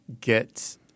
get